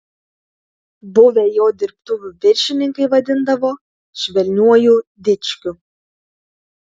buvę jo dirbtuvių viršininkai vadindavo švelniuoju dičkiu